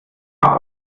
quark